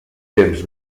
temps